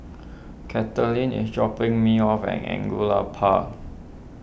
Kathaleen is dropping me off at Angullia Park